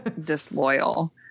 disloyal